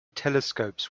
telescopes